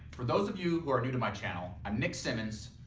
for those of you who are new to my channel, i'm nick symmonds,